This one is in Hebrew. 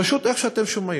פשוט איך שאתם שומעים.